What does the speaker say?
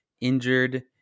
injured